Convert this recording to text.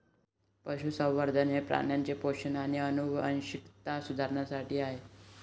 पशुसंवर्धन हे प्राण्यांचे पोषण आणि आनुवंशिकता सुधारण्यासाठी आहे